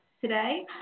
today